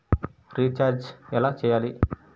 Recharge ఎలా చెయ్యాలి?